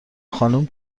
خانوم